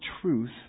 truth